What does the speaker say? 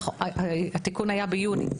התיקון היה ביוני,